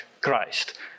Christ